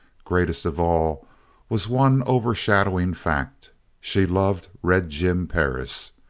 greatest of all was one overshadowing fact she loved red jim perris!